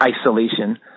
isolation